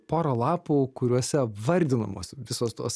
pora lapų kuriuose vardinamos visos tos